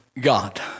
God